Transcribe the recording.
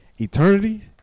Eternity